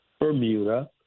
Bermuda